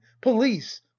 police